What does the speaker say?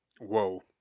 Whoa